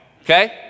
okay